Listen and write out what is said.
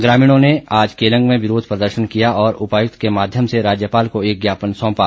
ग्रामीणों ने आज केलंग में विरोध प्रदर्शन किया और उपायुक्त के माध्यम से राज्यपाल को एक ज्ञापन सौंपा